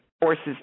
forces